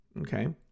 okay